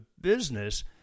business